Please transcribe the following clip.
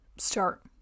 Start